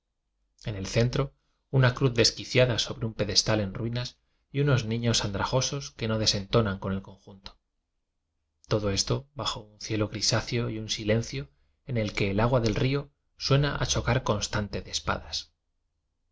en el centro una cruz desquiciada sobre un pedestal uínas y unos niños audrajosos que no centonan con el conjunto todo esto bajo un ciel grisáceo y un silencio en que el agua del río suena a chocar constante de espadas